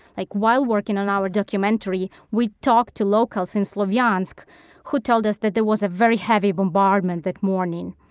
like while working on our documentary, we talked to local so and slavyansks slavyansks who told us that there was a very heavy bombardment that morning.